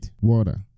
water